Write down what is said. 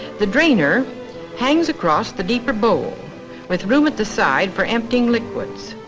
the drainer hangs across the deeper bowl with room at the side for emptying liquids.